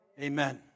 Amen